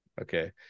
okay